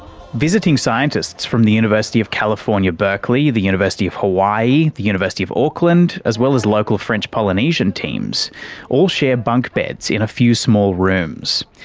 visiting scientists from the university of california berkeley, the university of hawaii, the university of auckland, as well as local french polynesian teams all share bunk beds in a few small rooms,